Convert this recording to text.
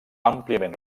àmpliament